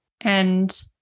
And-